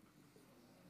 הוא אמר, לא אני.